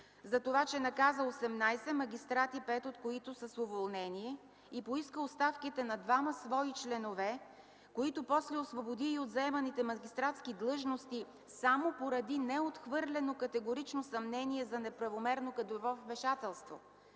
Затова, че наказа 18 магистрати, 5 от които с уволнение, и поиска оставките на двама свои членове, които после освободи и от заеманите магистратски длъжности само поради неотхвърлено категорично съмнение за неправомерно кадрово вмешателство?